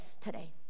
today